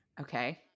okay